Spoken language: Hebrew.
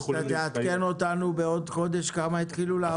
תעדכן אותנו בעוד חודש כמה התחילו לעבוד.